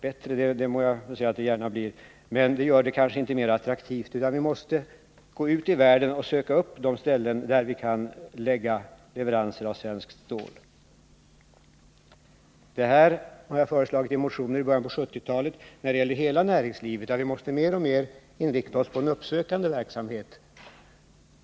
Bättre blir det väl — det kan jag gärna säga — men det blir kanske inte mer attraktivt, utan vi måste gå ut i världen och söka upp de ställen där vi kan lägga leveranser av svenskt stål. Detta har jag föreslagit i motioner i början på 1970-talet när det gäller hela näringslivet — vi måste mer och mer inrikta oss på en uppsökande verksamhet.